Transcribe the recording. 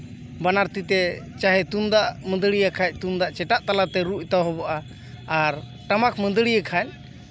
ᱵᱟᱱᱟᱨ ᱛᱤ ᱛᱮ ᱪᱟᱦᱮ ᱢᱟᱹᱫᱟᱹᱲᱤᱭᱟᱹ ᱠᱷᱟᱱ ᱛᱩᱢᱫᱟᱜ ᱪᱮᱴᱟᱜ ᱛᱟᱞᱟᱛᱮ ᱨᱩ ᱮᱛᱚᱦᱚᱵᱚᱜᱼᱟ ᱟᱨ ᱴᱟᱢᱟᱠ ᱢᱟᱹᱫᱟᱹᱲᱤᱭᱟᱹ ᱠᱷᱟᱱ